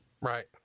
right